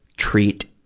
treat